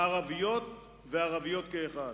מערביות וערביות כאחת.